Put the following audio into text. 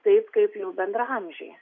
taip kaip jų bendraamžiai